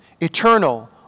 eternal